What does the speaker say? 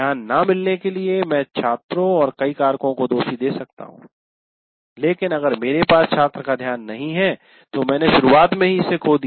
ध्यान न मिलने के लिए मैं छात्रों और कई कारकों को दोष दे सकता हूं लेकिन अगर मेरे पास छात्र का ध्यान नहीं है तो मैंने शुरुआत में ही इसे खो दिया